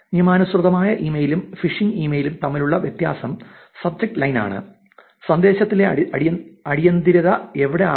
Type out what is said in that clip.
നിയമാനുസൃതമായ ഇമെയിലും ഫിഷിംഗ് ഇമെയിലും തമ്മിലുള്ള വ്യത്യാസം സബ്ജക്റ്റ് ലൈൻ ആണ് സന്ദേശത്തിലെ അടിയന്തിരത അവിടെയാണ്